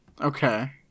okay